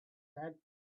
had